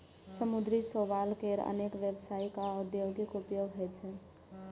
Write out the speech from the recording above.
समुद्री शैवाल केर अनेक व्यावसायिक आ औद्योगिक उपयोग होइ छै